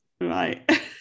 right